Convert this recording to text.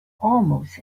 almost